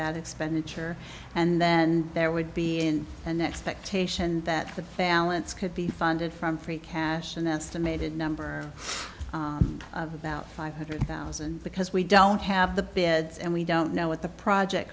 that expenditure and then there would be and an expectation that the families could be funded from free cash and that's the mated number of about five hundred thousand because we don't have the beds and we don't know what the project